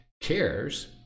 cares